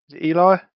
Eli